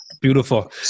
beautiful